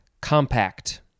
compact